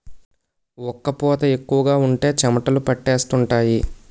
ఒక్క పూత ఎక్కువగా ఉంటే చెమటలు పట్టేస్తుంటాయి